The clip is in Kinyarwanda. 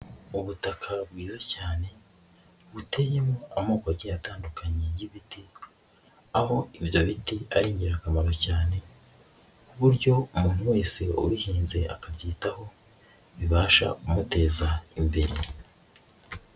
Ubutaka bwiza cyane buteyemo amoko agiye atandukanye y'ibiti, aho ibyo biti ari ingirakamaro cyane ku buryo umuntu wese ubihinze akabyitaho, bibasha kumuteza imbere.